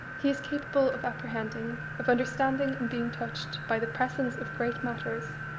he is capable of apprehending, of understanding and being touched by the presence of great matters.